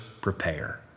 prepare